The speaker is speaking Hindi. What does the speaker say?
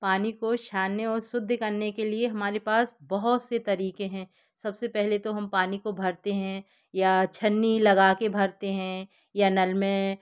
पानी को छानने और शुद्ध करने के लिए हमारे पास बहुत से तरीक़े हैं सब से पहले तो हम पानी को भरते हैं या छन्नी लगा कर भरते हैं या नल में